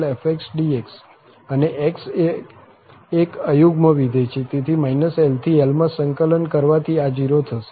અને x એ એક અયુગ્મ વિધેય છે તેથી l થી l માં સંકલન કરવાથી આ 0 થશે